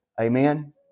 Amen